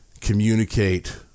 communicate